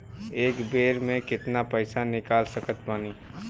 एक बेर मे केतना पैसा निकाल सकत बानी?